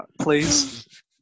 please